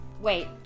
Wait